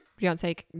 Beyonce